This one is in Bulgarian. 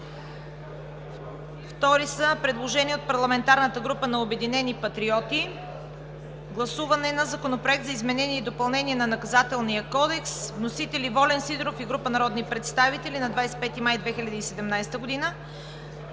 г. 2. Предложение от парламентарната група на "Обединени патриоти" – Първо гласуване на Законопроект за изменение и допълнение на Наказателния кодекс. Вносители – Волен Сидеров и група народни представители на 26 май 2017 г.